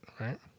right